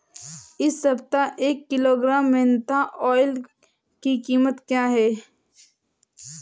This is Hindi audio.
इस सप्ताह एक किलोग्राम मेन्था ऑइल की कीमत क्या है?